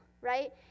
right